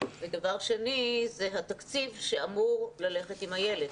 והשני הוא התקציב שאמור ללכת עם הילד.